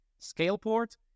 Scaleport